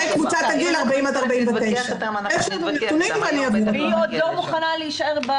קבוצת הגיל 40-49. --- היום בטח לא נגיע לשם.